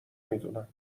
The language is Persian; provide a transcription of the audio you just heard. میدونم